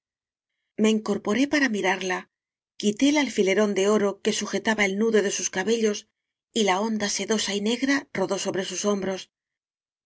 me incorporé para mirarla quité el alfilerón de oro que sujetaba el nudo de sus ca bellos y la onda sedosa y negra rodó sobre sus hombros